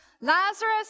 Lazarus